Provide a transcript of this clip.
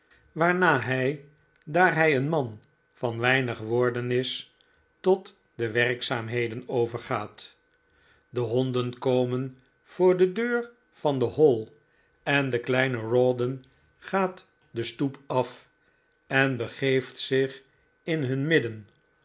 waarna hij daar hij een man van weinig woorden is tot de werkzaamheden overgaat de honden komen voor de deur van de hall en de kleine rawdon gaat de stoep af en begeeft zich in hun midden